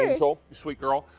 and so sweet girl.